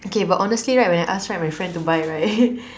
okay but honestly right when I ask right my friend to buy right